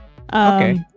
Okay